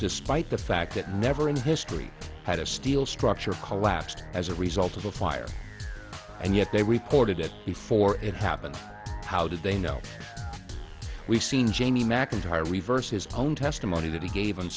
despite the fact that never in history had a steel structure collapsed as a result of a fire and yet they reported it before it happened how did they know we seen jamie mcintyre reverse his own testimony that he gave